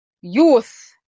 youth